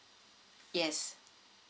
yes